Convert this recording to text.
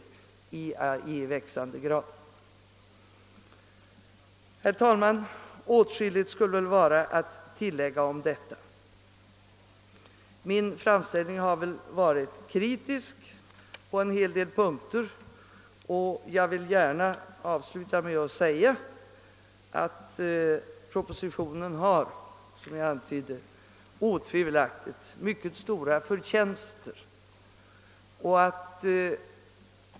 Åtskilligt skulle vara att tillägga härom. Min framställning har väl varit kritisk på en hel del punkter, och jag vill därför gärna sluta med att säga att propositionen otvivelaktigt har mycket stora förtjänster.